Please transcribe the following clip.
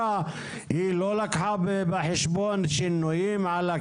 מה זה "שימושים נוספים"?